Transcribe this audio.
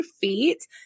feet